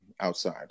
outside